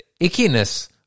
ickiness